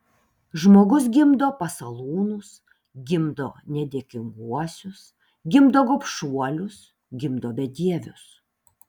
žmogus gimdo pasalūnus gimdo nedėkinguosius gimdo gobšuolius gimdo bedievius